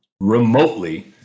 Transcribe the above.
remotely